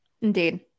Indeed